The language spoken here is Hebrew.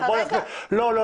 לא.